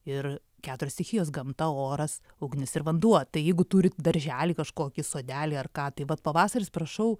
ir keturios stichijos gamta oras ugnis ir vanduo tai jeigu turit darželį kažkokį sodelį ar ką tai vat pavasaris prašau